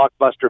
blockbuster